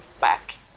back